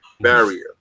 barrier